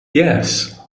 yes